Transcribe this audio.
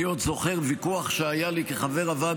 אני עוד זוכר ויכוח שהיה לי כחבר הוועד